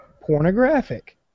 pornographic